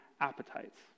appetites